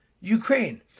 Ukraine